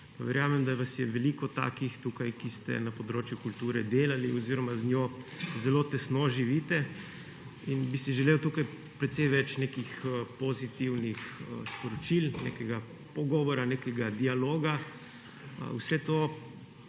verjamem, da vas je veliko takih tukaj, ki ste na področju kulture delali oziroma z njo zelo tesno živite. In bi si želel tukaj precej več pozitivnih sporočil, nekega pogovora, nekega dialoga, vse to.